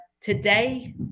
today